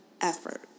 effort